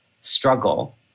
struggle